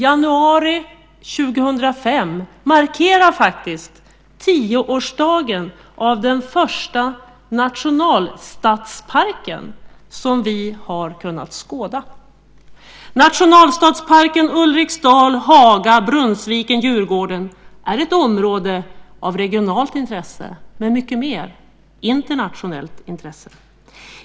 Januari 2005 markerar faktiskt tioårsdagen för den första nationalstadspark som vi har kunnat skåda. Nationalstadsparken Ulriksdal-Haga-Brunnsviken-Djurgården är ett område av regionalt intresse men också mycket mer, nämligen av internationellt intresse.